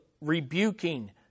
rebuking